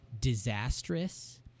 disastrous